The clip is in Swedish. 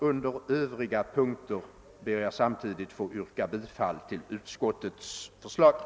Under övriga punkter ber jag samtidigt att få yrka bifall till utskottets hemställan.